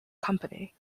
company